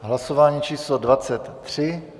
Hlasování číslo 23.